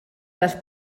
les